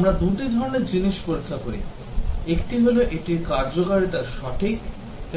আমরা দুটি ধরণের জিনিস পরীক্ষা করি একটি হল এটির কার্যকারিতা সঠিক